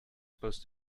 supposed